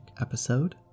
episode